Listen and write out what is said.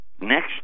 next